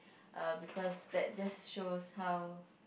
uh because that just shows how